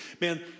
man